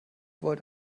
wollte